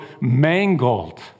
mangled